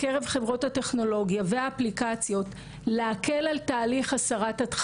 שלפעמים בחברה אחת צילום מסויים אין בו שום פגיעה,